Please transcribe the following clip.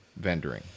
vendoring